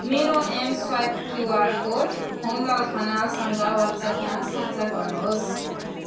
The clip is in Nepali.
मेरो एमस्वाइप क्युआर कोड हुमलाल खनालसङ्ग वाट्सएपमा साझा गर्नुहोस्